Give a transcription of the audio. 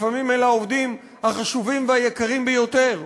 לפעמים אלה העובדים החשובים והיקרים ביותר,